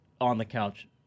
on-the-couch